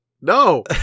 No